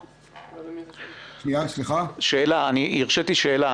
אני הרשיתי שאלה.